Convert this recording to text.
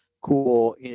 cool